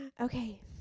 Okay